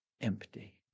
empty